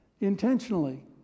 intentionally